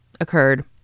Occurred